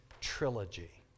Trilogy